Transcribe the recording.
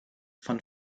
von